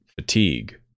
fatigue